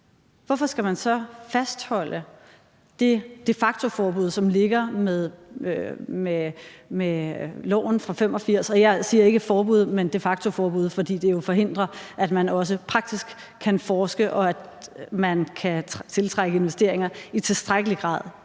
hvorfor skal man så fastholde det de facto-forbud, som ligger med loven fra 1985? Og jeg siger ikke et forbud, men et de facto-forbud, fordi det jo forhindrer, at man også praktisk kan forske, og at man kan tiltrække investeringer i tilstrækkelig grad